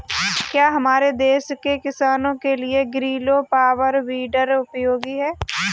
क्या हमारे देश के किसानों के लिए ग्रीलो पावर वीडर उपयोगी है?